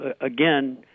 again